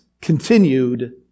continued